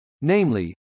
namely